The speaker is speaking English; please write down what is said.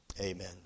amen